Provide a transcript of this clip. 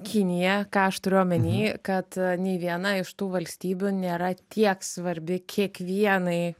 kinija ką aš turiu omeny kad nei viena iš tų valstybių nėra tiek svarbi kiekvienai